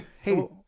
hey